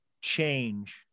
change